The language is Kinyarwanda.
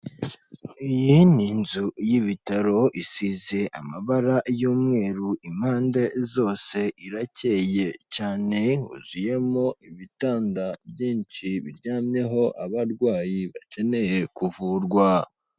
Iyi ni inzu y'ibitaro isize amabara y'umweru impande zose irakeye cyane, huzuyemo ibitanda byinshi biryamyeho abarwayi bakeneye kuvurwa.